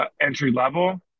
entry-level